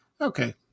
Okay